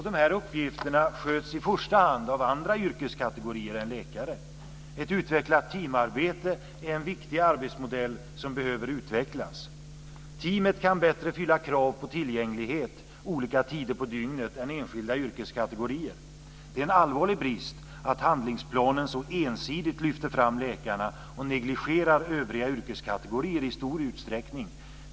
Dessa uppgifter sköts i första hand av andra yrkeskategorier än läkare. Ett utvecklat teamarbete är en viktig arbetsmodell som behöver utvecklas. Teamet kan bättre fylla krav på tillgänglighet olika tider på dygnet än enskilda yrkeskategorier. Det är en allvarlig brist att handlingsplanen så ensidigt lyfter fram läkarna och negligerar övriga yrkeskategorier i stor utsträckning.